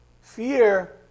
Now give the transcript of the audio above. Fear